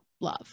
love